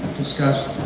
discuss,